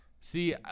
See